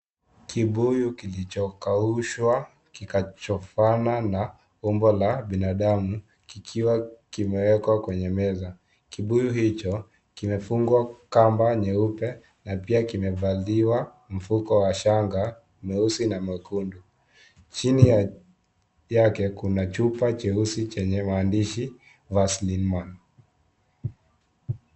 Kibuyu kilichokaushwa kikachofana na umbo la binadamu kikiwa kimewekwa kwenye meza. Kibuyu hicho kimefungwa kamba nyeupe na pia kimevaliwa mfuko wa shanga mweusi na mwekundu. Chini yake kuna chupa cheusi chenye maandishi " Vaseline Man ".